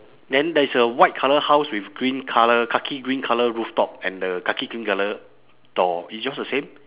then there is a white colour house with green colour khaki green colour rooftop and the khaki green colour door is yours the same